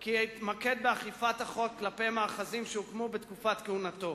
כי יתמקד באכיפת החוק כלפי מאחזים שהוקמו בתקופת כהונתו.